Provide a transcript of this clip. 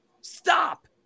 Stop